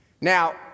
Now